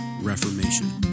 Reformation